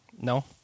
No